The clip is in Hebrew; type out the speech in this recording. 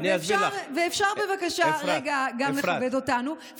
אפשר בבקשה רגע גם לכבד אותנו.